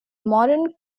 modern